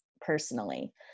personally